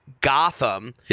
Gotham